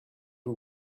who